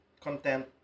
content